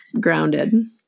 grounded